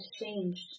changed